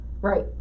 Right